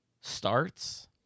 starts